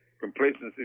Complacency